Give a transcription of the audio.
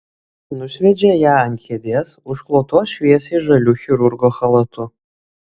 nusviedžia ją ant kėdės užklotos šviesiai žaliu chirurgo chalatu